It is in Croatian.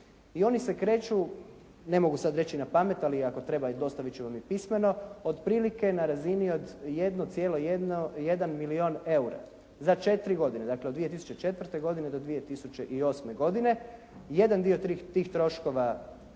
I oni se kreću, ne mogu sad reći napamet, ali ako treba dostavit ću vam ih pismeno, otprilike na razini od 1,1 milijun EUR-a za 4 godine. Dakle od 2004. godine do 2008. godine. Jedan dio tih troškova